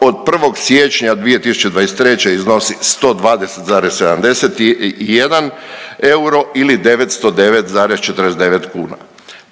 Od 1. siječnja 2023. iznosi 120,71 euro ili 909,49 kuna.